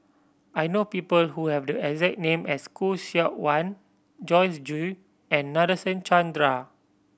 I know people who have the exact name as Khoo Seok Wan Joyce Jue and Nadasen Chandra